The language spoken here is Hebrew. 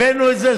הבאנו את זה.